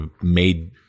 made